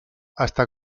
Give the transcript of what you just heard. hasta